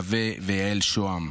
נווה ויהל שוהם,